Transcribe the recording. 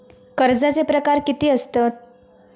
कर्जाचे प्रकार कीती असतत?